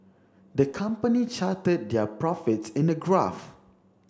the company charted their profits in a graph